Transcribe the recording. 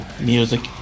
music